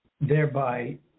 thereby